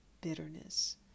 bitterness